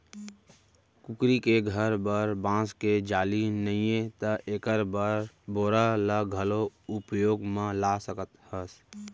कुकरी के घर बर बांस के जाली नइये त एकर बर बोरा ल घलौ उपयोग म ला सकत हस